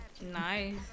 Nice